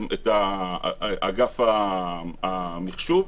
את אגף המחשוב,